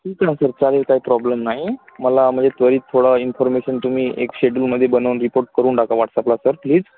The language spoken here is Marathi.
ठीक आहे ना सर चालेल काय प्रॉब्लेम नाही मला म्हणजे त्वरीत थोडा इन्फॉर्मेशन तुम्ही एक शेड्युलमध्ये बनवून रिपोर्ट करून टाका व्हॉट्सॲपला सर प्लीज